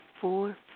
four